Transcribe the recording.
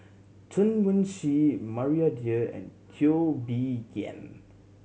Chen Wen Hsi Maria Dyer and Teo Bee Yen